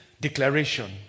declaration